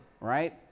right